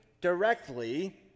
directly